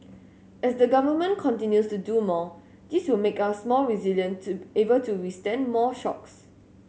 as the Government continues to do more this will make us more resilient to able to withstand more shocks